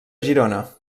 girona